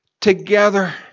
together